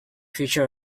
future